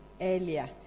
earlier